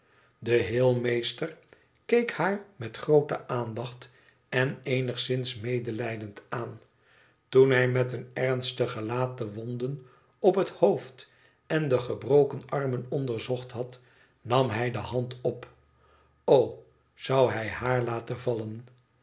de heelmeester keek haar met groote aandacht en eenigszins medelijdend aan toen hij met een ernstig gelaat de wonden op het hoofd en de gebroken armen onderzocht had nam hij de hand op o zou hij haar laten vallen